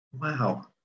wow